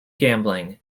gambling